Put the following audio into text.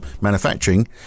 manufacturing